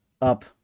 up